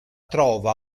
trova